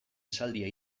esaldia